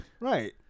Right